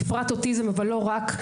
בפרט אוטיזם אבל לא רק,